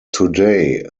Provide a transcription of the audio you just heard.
today